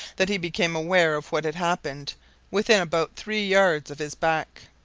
that he became aware of what had happened within about three yards of his back.